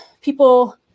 people